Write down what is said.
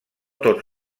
tot